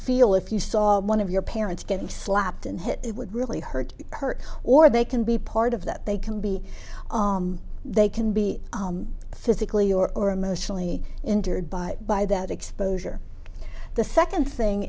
feel if you saw one of your parents getting slapped and hit would really hurt her or they can be part of that they can be they can be physically or emotionally injured by by that exposure the second thing